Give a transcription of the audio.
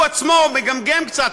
הוא עצמו מגמגם קצת,